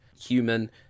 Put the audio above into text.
human